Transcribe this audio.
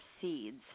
seeds